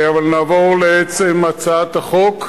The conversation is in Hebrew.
אבל נעבור לעצם הצעת החוק.